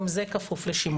גם זה כפוף לשימוע.